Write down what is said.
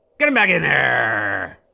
get him back in there.